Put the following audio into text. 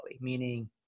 meaning